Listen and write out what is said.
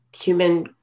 human